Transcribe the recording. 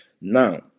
now